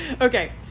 okay